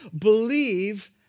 believe